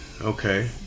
Okay